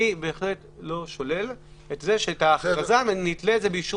אני לא שולל את זה שאת ההכרזה נתלה באישור